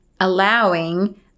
allowing